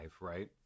right